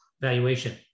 valuation